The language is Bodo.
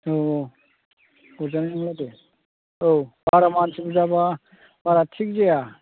औ औ गोजाननिब्ला दे औ बारा मानसि बुरजाबा बारा थिग जाया